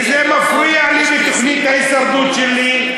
כי זה מפריע לי לתוכנית ההישרדות שלי,